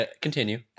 Continue